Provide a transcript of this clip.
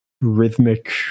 rhythmic